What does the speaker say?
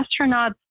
astronauts